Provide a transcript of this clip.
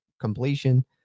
completion